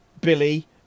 Billy